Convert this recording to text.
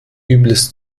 übles